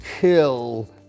kill